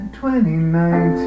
2019